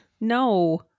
No